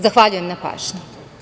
Zahvaljujem na pažnji.